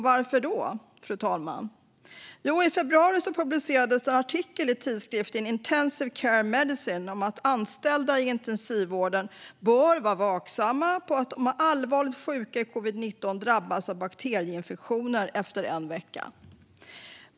Varför då, fru talman? Jo, i februari publicerades en artikel i tidskriften Intensive Care Medicine om att anställda i intensivvården bör vara vaksamma på allvarligt sjuka i covid-19 som drabbats av bakterieinfektioner efter en vecka.